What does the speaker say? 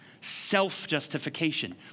self-justification